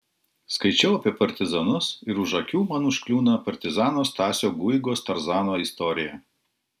skaičiau apie partizanus ir už akių man užkliūna partizano stasio guigos tarzano istorija